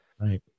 Right